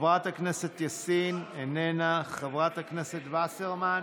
חברת הכנסת יאסין, איננה, חברת הכנסת וסרמן,